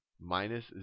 minus